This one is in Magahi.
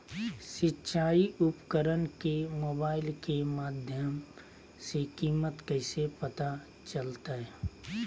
सिंचाई उपकरण के मोबाइल के माध्यम से कीमत कैसे पता चलतय?